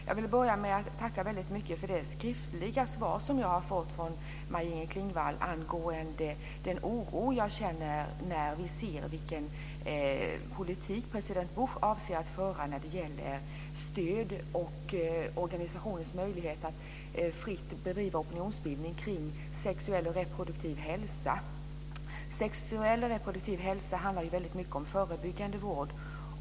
Jag vill börja med att tacka för det skriftliga svar som jag har fått från Maj-Inger Klingvall angående den oro jag känner när vi ser vilken politik president Bush avser att föra när det gäller stöd och organisationers möjligheter att fritt bedriva opinionsbildning kring sexuell reproduktiv hälsa. Sexuell reproduktiv hälsa handlar mycket om förebyggande vård.